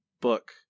book